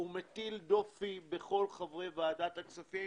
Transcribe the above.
זה מטיל דופי בכמעט כל חברי ועדת הכספים,